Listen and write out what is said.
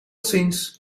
ziens